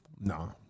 No